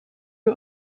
wir